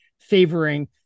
favoring